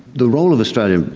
the role of australia,